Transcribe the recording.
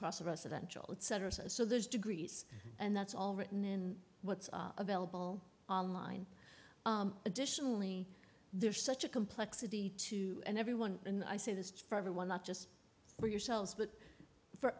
cross a residential ceterus a so there's degrees and that's all written in what's available online additionally there's such a complexity to everyone and i say this for everyone not just for yourselves but for